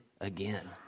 again